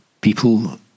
people